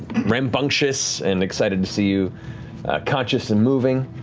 rambunctious and excited to see you conscious and moving.